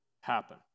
happen